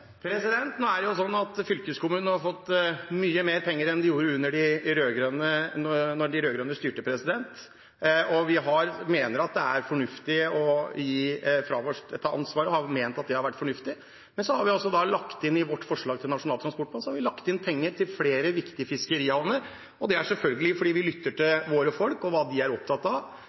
Nå er det jo sånn at fylkeskommunene har fått mye mer penger enn de fikk da de rød-grønne styrte, og vi mener at det var fornuftig å gi fra oss dette ansvaret, og har ment at det har vært fornuftig. Men i vårt forslag til Nasjonal transportplan har vi altså lagt inn penger til flere viktige fiskerihavner, og det er selvfølgelig fordi vi lytter til våre folk og hva de er opptatt av,